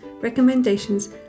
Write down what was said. recommendations